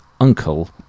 uncle